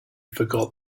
forgot